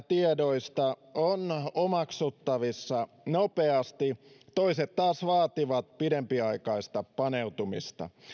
tiedoista ovat omaksuttavissa nopeasti toiset taas vaativat pidempiaikaista paneutumista